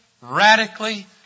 radically